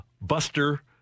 Buster